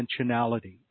dimensionality